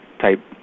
type